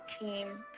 team